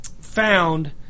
found